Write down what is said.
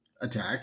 attack